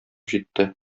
җитте